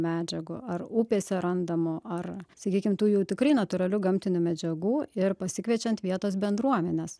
medžiagų ar upėse randamų ar sakykim tų jau tikrai natūralių gamtinių medžiagų ir pasikviečiant vietos bendruomenes